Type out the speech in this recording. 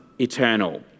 eternal